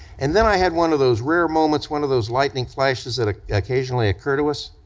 and then i had one of those rare moments, one of those lightning flashes that ah occasionally occur to us,